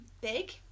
Big